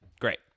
Great